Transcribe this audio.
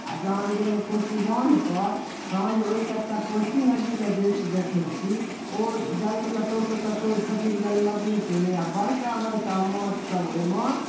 आओर जहन गेलहुँ कोसी बान्हपर तहन जे ओहि कातके कोसी नदीके दृष्य देखै छी ओ जल कतहुसँ कतहु छथिन जल जलमग्न केने आओर बड़का बड़का माँछसब ओहिमे